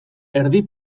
erdi